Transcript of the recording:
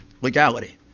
legality